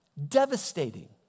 Devastating